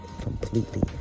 completely